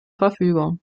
verfügung